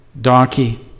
donkey